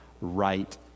right